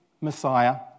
Messiah